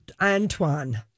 Antoine